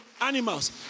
animals